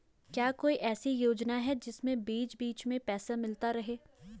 क्या कोई ऐसी योजना है जिसमें बीच बीच में पैसा मिलता रहे?